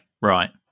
right